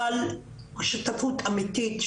אבל שותפות אמיתית,